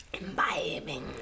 Imbibing